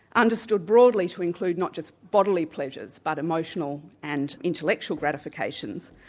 understood broadly to include not just bodily pleasures, but emotional and intellectual gratifications,